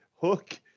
Hook